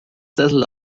sessel